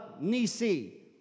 Nisi